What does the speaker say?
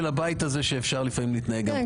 הבית הזה שאפר לפעמים להתנהג גם קצת --- כן,